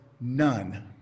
none